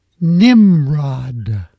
Nimrod